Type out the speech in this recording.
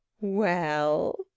Well